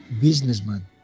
businessman